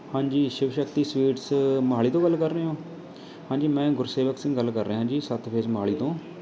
ਹਾਂਜੀ ਸ਼ਿਵ ਸ਼ਕਤੀ ਸਵੀਟਸ ਮੋਹਾਲੀ ਤੋਂ ਗੱਲ ਕਰ ਰਹੇ ਹੋ ਹਾਂਜੀ ਮੈਂ ਗੁਰਸੇਵਕ ਸਿੰਘ ਗੱਲ ਕਰ ਰਿਹਾ ਜੀ ਸੱਤ ਫੇਜ਼ ਮੋਹਾਲੀ ਤੋਂ